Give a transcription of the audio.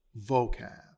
vocab